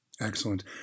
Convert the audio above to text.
Excellent